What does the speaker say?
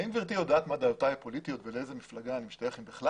האם גברתי יודעת מה דעותיי הפוליטיות ולאיזה מפלגה אני משתייך אם בכלל?